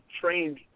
trained